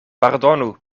pardonu